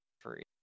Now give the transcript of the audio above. free